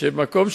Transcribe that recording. המטרה שלי,